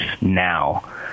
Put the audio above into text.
now